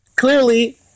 Clearly